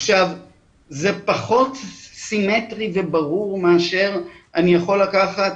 זה פחות סימטרי וברור מאשר אני יכול לקחת